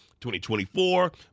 2024